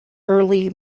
early